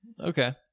Okay